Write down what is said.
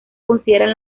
consideran